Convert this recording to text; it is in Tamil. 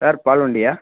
சார் பால் வண்டியா